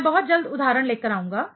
मैं बहुत जल्द उदाहरण लेकर आऊंगा